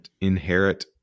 inherit